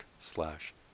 slash